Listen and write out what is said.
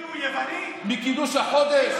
מקידוש החודש,